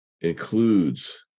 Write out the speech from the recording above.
includes